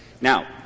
Now